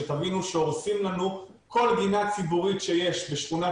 שתבינו לנו שהורסים לנו כל גינה ציבורית שיש בשכונת